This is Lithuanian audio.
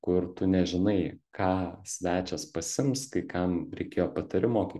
kur tu nežinai ką svečias pasiims kai kam reikėjo patarimo kai